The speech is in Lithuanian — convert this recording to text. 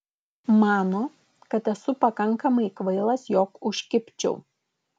mano kad esu pakankamai kvailas jog užkibčiau